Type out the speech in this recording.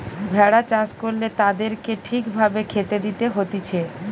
ভেড়া চাষ করলে তাদেরকে ঠিক ভাবে খেতে দিতে হতিছে